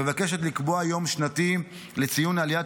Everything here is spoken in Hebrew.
שמבקשת לקבוע יום שנתי לציון עליית